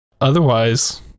Otherwise